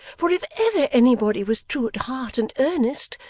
for if ever anybody was true at heart, and earnest,